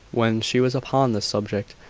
when she was upon this subject,